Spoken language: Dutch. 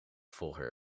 volgen